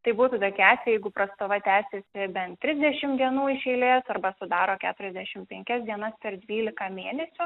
tai būtų tokie atvejai jeigu prastova tęsiasi ben trisdešim dienų iš eilės arba sudaro keturiasdešim penkias dienas per dvylika mėnesių